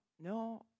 no